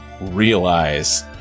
realize